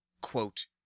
quote